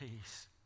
peace